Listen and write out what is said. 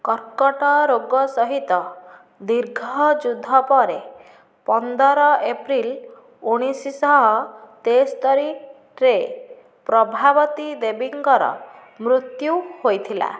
କର୍କଟ ରୋଗ ସହିତ ଦୀର୍ଘ ଯୁଦ୍ଧ ପରେ ପନ୍ଦର ଏପ୍ରିଲ୍ ଉଣେଇଶ ଶହ ତେସ୍ତରିରେ ପ୍ରଭାବତୀ ଦେବୀଙ୍କର ମୃତ୍ୟୁ ହୋଇଥିଲା